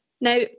Now